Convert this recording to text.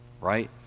right